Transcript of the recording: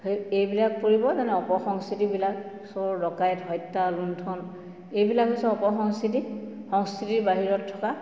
সেই এইবিলাক পৰিব যেনে অপ সংস্কৃতিবিলাক চোৰ ডকাইত হত্যা লোণ্ঠন এইবিলাক হৈছে অপসংস্কৃতি সংস্কৃতিৰ বাহিৰত থকা